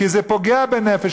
כי זה פוגע בנפש,